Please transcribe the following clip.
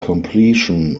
completion